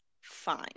fine